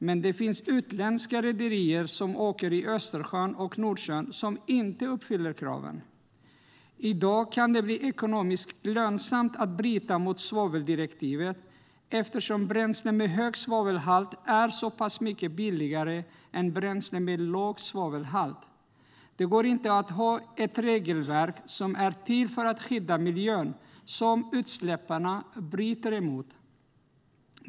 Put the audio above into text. Men det finns utländska rederier i Östersjön och Nordsjön som inte uppfyller kraven. I dag kan det bli ekonomiskt lönsamt att bryta mot svaveldirektivet, eftersom bränsle med hög svavelhalt är så pass mycket billigare än bränsle med låg svavelhalt. Det går inte att ha ett regelverk som är till för att skydda miljön men som utsläpparna bryter mot.